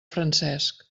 francesc